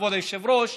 כבוד היושב-ראש,